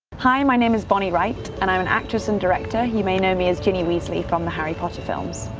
hi my name is bonnie wright, and i'm an actress and director you may know me as ginny weasley from the harry potter films.